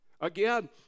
Again